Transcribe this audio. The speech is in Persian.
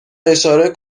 اشاره